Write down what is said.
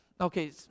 okay